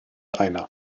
einer